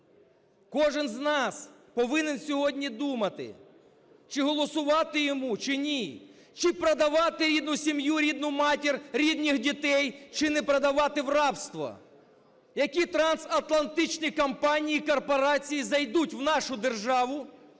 Кожен з нас повинен сьогодні думати: чи голосувати йому, чи ні, чи продавати рідну сім'ю, рідну матір, рідних дітей, чи не продавати в рабство. Які трансатлантичні компанії і корпорації зайдуть в нашу державу,